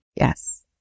Yes